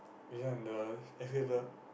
this one the as in the